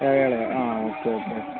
എളയ ആൾ ആ ഓക്കെ ഓക്കെ ഓക്കെ